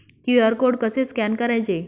QR code कसे scan करायचे?